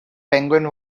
penguin